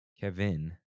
Kevin